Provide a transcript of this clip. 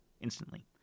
instantly